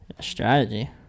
strategy